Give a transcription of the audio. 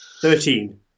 Thirteen